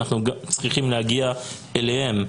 אנחנו צריכים להגיע אליהם.